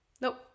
Nope